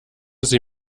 sie